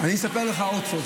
אספר לך עוד סוד,